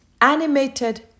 animated